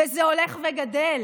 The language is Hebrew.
וזה הולך וגדל,